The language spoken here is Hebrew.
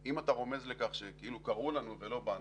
אם אתה רומז לכך שקראו לנו ולא באנו,